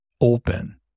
open